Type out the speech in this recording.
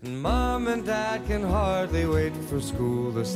mane degina laivai suskaudus